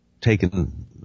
taken